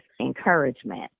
Encouragement